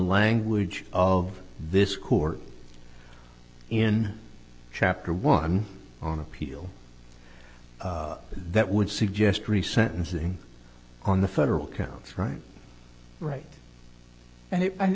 language of this court in chapter one on appeal that would suggest re sentencing on the federal counts right right and